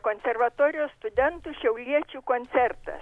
reiškia konservatorijos studentų šiauliečių koncertas